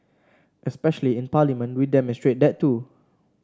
especially in Parliament we demonstrate that too